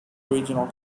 regional